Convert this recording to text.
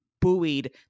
buoyed